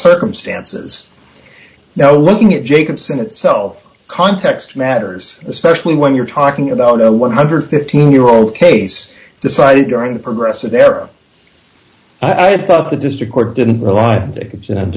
circumstances now looking at jacobson itself context matters especially when you're talking about a one hundred and fifteen year old case decided during the progressive era i had the district court didn't rely on